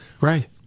Right